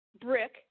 brick